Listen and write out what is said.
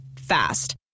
Fast